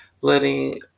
letting